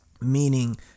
Meaning